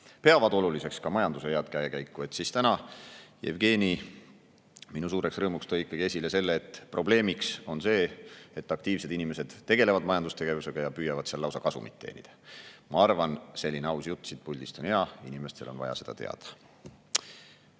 peaksid oluliseks ka majanduse head käekäiku. Täna tõi Jevgeni minu suureks rõõmuks esile selle, et probleemiks on see, et aktiivsed inimesed tegelevad majandustegevusega ja püüavad lausa kasumit teenida. Ma arvan, et selline aus jutt siit puldist on hea, inimestel on vaja seda teada.